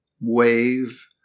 wave